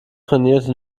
trainierte